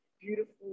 beautiful